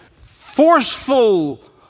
forceful